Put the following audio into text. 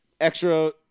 Extra